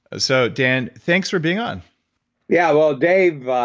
so, dan, thanks for being on yeah, well, dave,